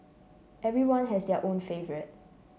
everyone has their own favourite